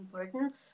important